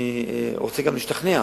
אני רוצה גם להשתכנע,